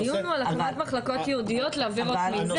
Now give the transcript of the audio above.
הדיון הוא על הקמת מחלקות ייעודיות, לא על הדוח.